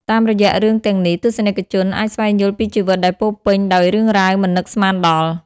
តាមរយៈរឿងទាំងនេះ ទស្សនិកជនអាចស្វែងយល់ពីជីវិតដែលពោរពេញដោយរឿងរ៉ាវមិននឹកស្មានដល់។